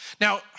Now